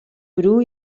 bru